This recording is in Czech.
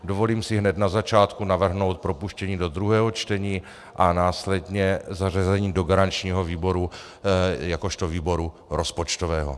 Dovolím si hned na začátku navrhnout propuštění do druhého čtení a následně zařazení do garančního výboru jakožto výboru rozpočtového.